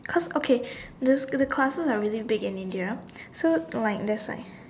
cause okay the the classes are really big in India so like the